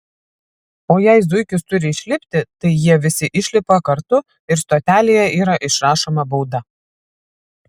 o jei zuikis turi išlipti tai jie visi išlipa kartu ir stotelėje yra išrašoma bauda